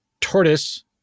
tortoise